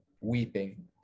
weeping